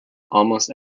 almost